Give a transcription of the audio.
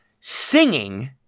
singing